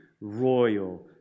royal